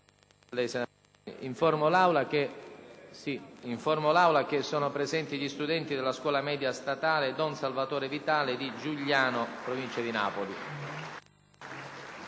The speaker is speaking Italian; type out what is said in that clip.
Informo l’Assemblea che sono presenti gli studenti della scuola media statale «Don Salvatore Vitale» di Giugliano, in provincia di Napoli.